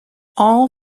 all